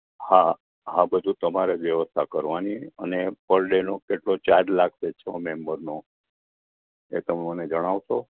હા હા બધું તમારે જ વ્યવસ્થા કરવાની અને પર ડેનો કેટલો ચાર્જ લાગશે છ મેમ્બરનો એ તમે મને જણાવશો